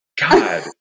God